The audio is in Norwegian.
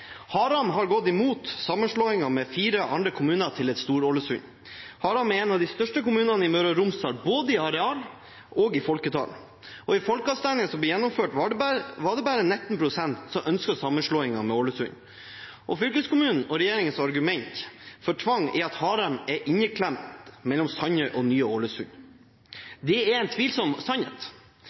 Haram har gått imot sammenslåing med fire andre kommuner til et Stor-Ålesund. Haram er en av de største kommunene i Møre og Romsdal, både i areal og i folketall. I folkeavstemningen som ble gjennomført, var det bare 19 pst. som ønsket sammenslåing med Ålesund. Fylkeskommunens og regjeringens argument for tvang er at Haram er inneklemt mellom Sandøy og Nye Ålesund. Det er en tvilsom sannhet,